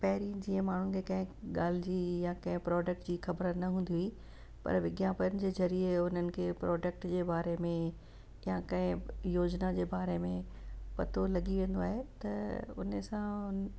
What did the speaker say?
पहिरीं जीअं माण्हुनि खे कंहिं ॻाल्हि जी या कंहिं प्रोडक्ट जी ख़बर न हूंदी हुई पर विज्ञापन जे ज़रिए उन्हनि खे प्रोडक्ट जे बारे में या कंहिं योजिना जे बारे में पतो लॻी वेंदो आहे त हुन सां हुन